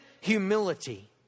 humility